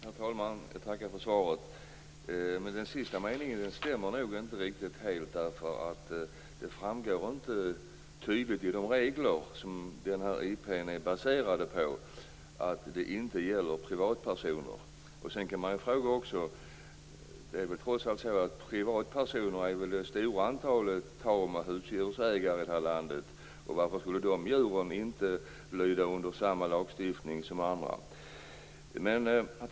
Herr talman! Jag tackar för svaret men det som sägs i den sista meningen stämmer nog inte riktigt. Det framgår inte tydligt av de regler som den här interpellationen är baserad på att det inte gäller privatpersoner. Privatpersoner är väl trots allt det stora antalet ägare av tam och husdjur i det här landet. Varför skulle inte de djuren lyda under samma lagstiftning som andra djur?